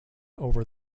over